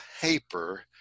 paper